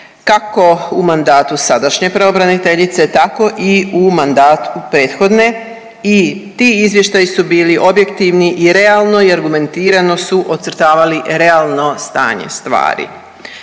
kako u mandatu sadašnje pravobraniteljice tako i u mandatu prethodne i ti izvještaji su bili objektivni i realno i argumentirano su ocrtavali realno stanje stvari.